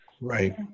Right